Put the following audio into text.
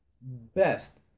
best